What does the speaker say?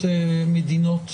מדינות